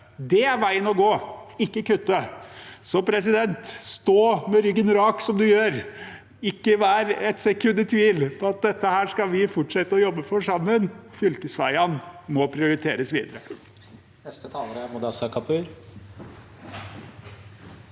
Det er veien å gå – ikke kutte. President, stå med ryggen rak, som du gjør. Ikke vær et sekund i tvil om at dette skal vi fortsette å jobbe for sammen. Fylkesveiene må prioriteres videre.